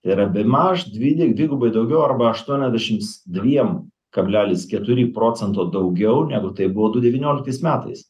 tai yra bemaž dvi dvigubai daugiau arba aštuoniasdešims dviem kablelis keturi procento daugiau negu tai buvo du devynioliktais metais